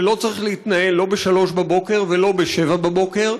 שלא צריך להתנהל לא בשלוש בבוקר ולא בשבע בבוקר.